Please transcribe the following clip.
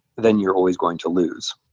then you're always going to lose.